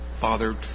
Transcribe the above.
Father